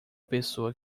pessoa